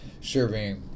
serving